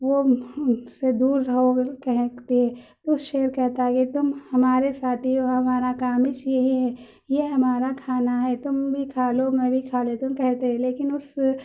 وہ اس سے دور رہو اگر کہتے تو شیر کہتا ہے کہ تم ہمارے ساتھی ہو ہمارا کام ہی ہی یہی ہے یہ ہمارا کھانا ہے تم بھی کھالو میں بھی کھا لیتا ہوں کہتے ہے لیکن اس